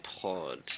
Pod